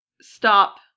stop